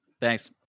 Thanks